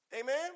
Amen